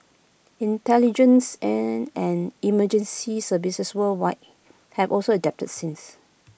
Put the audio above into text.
intelligence and emergency services worldwide have also adapted since